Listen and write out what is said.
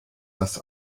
das